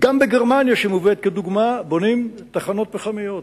גם בגרמניה, שמובאת כדוגמה, בונים תחנות פחמיות.